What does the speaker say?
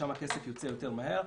ששם הכסף יוצא יותר מהר.